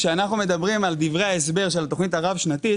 כשאנחנו מדברים על דברי ההסבר של התוכנית הרב-שנתית,